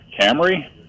Camry